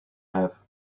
have